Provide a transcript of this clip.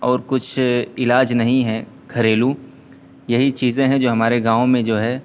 اور کچھ علاج نہیں ہے گھریلو یہی چیزیں ہیں جو ہمارے گاؤں میں جو ہے